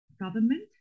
government